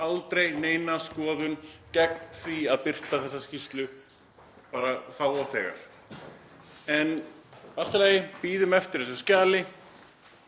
aldrei neina skoðun sem mælti gegn því að birta þessa skýrslu bara þá þegar. En allt í lagi, bíðum eftir þessu skjali.